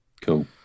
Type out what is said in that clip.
Cool